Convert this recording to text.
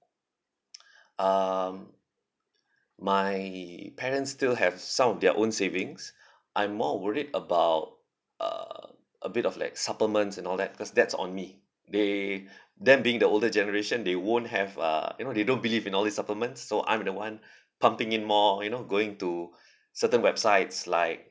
um my parents still have some of their own savings I'm more worried about err a bit of like supplements and all that cause that's on me they them being the older generation they won't have uh you know they don't believe in all these supplements so I'm the one pumping in more you know going to certain websites like